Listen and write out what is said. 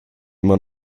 immer